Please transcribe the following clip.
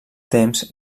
temps